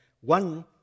one